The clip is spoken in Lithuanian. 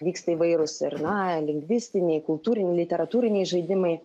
vyksta įvairūs ir na lingvistiniai kultūriniai literatūriniai žaidimai